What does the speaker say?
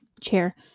chair